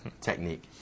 Technique